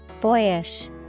Boyish